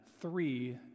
three